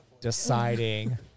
deciding